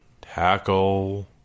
Tackle